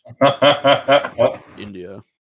India